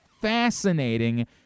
fascinating